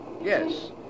Yes